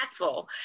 impactful